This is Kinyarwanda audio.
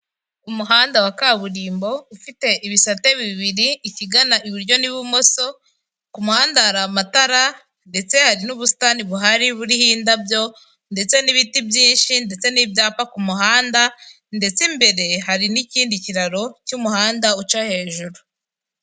Umuhanda wa kaburimbo ufite ibisate bibiri ikigana iburyo n'ibumoso. Ku muhanda hari amatara ndetse hari n'ubusitani buhari buriho indabyo, ndetse n'ibiti byinshi, ndetse n'ibyapa ku muhanda, ndetse imbere hari n'ikindi kiraro cy'umuhanda uca hejuru.